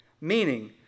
Meaning